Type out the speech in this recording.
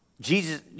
Jesus